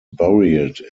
buried